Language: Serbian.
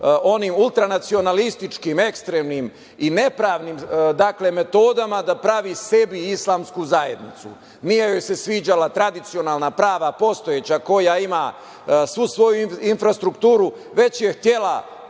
onim ultranacionalističkim, ekstremnim i nepravnim metodama da pravi sebi islamsku zajednicu, nije joj se sviđala tradicionalna, prava, postojeća, koja ima svu svoju infrastrukturu, već je htela